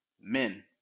Men